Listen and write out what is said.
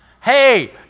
Hey